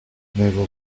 naval